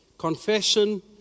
Confession